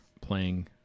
playing—